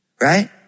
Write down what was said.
right